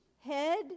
head